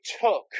took